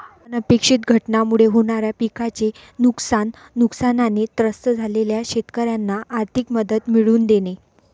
अनपेक्षित घटनांमुळे होणाऱ्या पिकाचे नुकसान, नुकसानाने त्रस्त झालेल्या शेतकऱ्यांना आर्थिक मदत मिळवून देणे